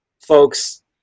folks